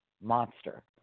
monster